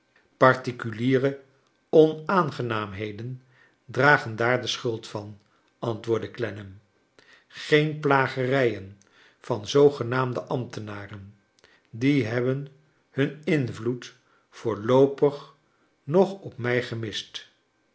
particuliere onaangenaamheden dragen daar de schuld van antwoordde clennam geen plagerijen van zoogenaamde ambtenaren die hebben hun invloed voorloopig nog op mij gemist